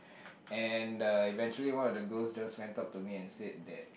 and the eventually one of the girls just went up to me and said that